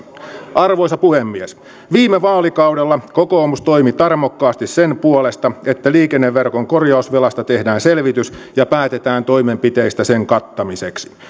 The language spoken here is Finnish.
arvoisa puhemies viime vaalikaudella kokoomus toimi tarmokkaasti sen puolesta että liikenneverkon korjausvelasta tehdään selvitys ja päätetään toimenpiteistä sen kattamiseksi